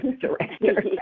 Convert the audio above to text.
director